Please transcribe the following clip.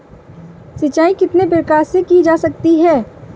सिंचाई कितने प्रकार से की जा सकती है?